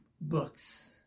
books